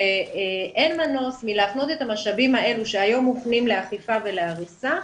שאין מנוס מלהפנות את המשאבים האלה שהיום מפנים לאכיפה ולהריסה,